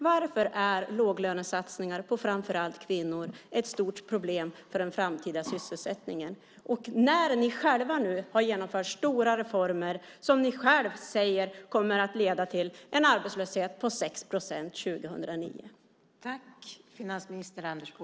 Varför är låglönesatsningar på framför allt kvinnor ett stort problem för den framtida sysselsättningen när ni nu har genomfört stora reformer som ni själva säger kommer att leda till en arbetslöshet på 6 procent 2009?